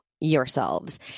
yourselves